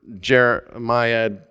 Jeremiah